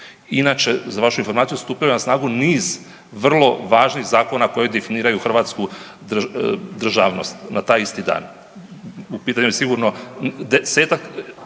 Inače za vašu informaciju stupio je snagu niz vrlo važnih zakona koji definiraju hrvatsku državnost na taj isti dan. U pitanju je sigurno desetak